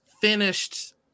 finished